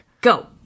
Go